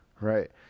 right